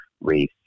race